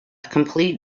complete